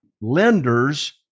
lenders